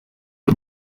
the